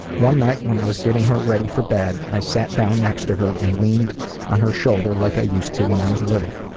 one night when i was getting her ready for bed, i sat down next to her and leaned on her shoulder like i used to when i was little.